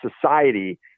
society